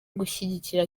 gushyigikira